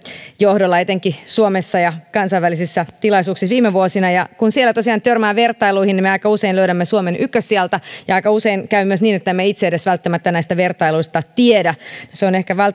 johdolla etenkin suomessa ja kansainvälisissä tilaisuuksissa viime vuosina ja kun siellä tosiaan törmää vertailuihin niin me aika usein löydämme suomen ykkössijalta ja aika usein käy myös niin että emme itse edes välttämättä näistä vertailuista tiedä se on ehkä